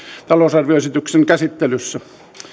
talousarvioesityksen käsittelyssä